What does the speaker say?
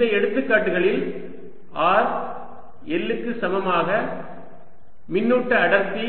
இந்த எடுத்துக்காட்டுகளில் r l க்கு சமமாக மின்னூட்ட அடர்த்தி